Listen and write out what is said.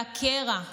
והקרע,